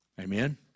Amen